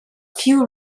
few